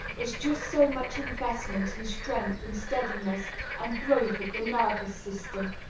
is just so much investment in strength and steadiness and growth of the nervous system.